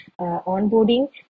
onboarding